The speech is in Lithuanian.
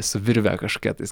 su virve kažkokia tais